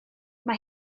mae